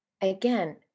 again